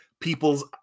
People's